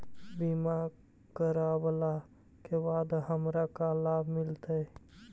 बीमा करवला के बाद हमरा का लाभ मिलतै?